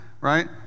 right